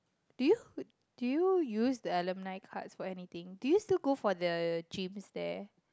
do you do you use the alumni cards for anything do you still go for the gyms there